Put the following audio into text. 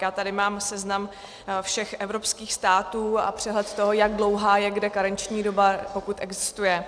Já tady mám seznam všech evropských států a přehled toho, jak dlouhá je kde karenční doba, pokud existuje.